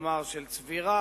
כלומר של צבירה,